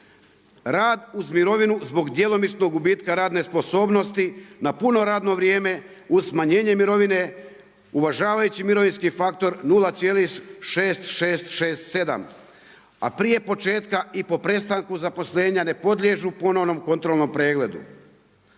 rad uz mirovinu zbog djelomičnog gubitka radne sposobnosti na puno radno vrijeme uz smanjenje mirovine uvažavajući mirovinski faktor 0,6667, a prije početka i po prestanku zaposlenja ne podliježu ponovnom kontrolnom pregledu.